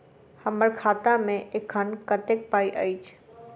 हम्मर खाता मे एखन कतेक पाई अछि?